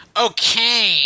Okay